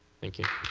thank you.